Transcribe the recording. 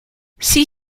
see